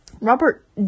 Robert